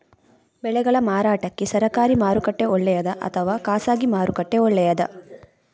ಬೆಳೆಗಳ ಮಾರಾಟಕ್ಕೆ ಸರಕಾರಿ ಮಾರುಕಟ್ಟೆ ಒಳ್ಳೆಯದಾ ಅಥವಾ ಖಾಸಗಿ ಮಾರುಕಟ್ಟೆ ಒಳ್ಳೆಯದಾ